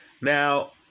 Now